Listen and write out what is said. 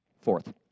Fourth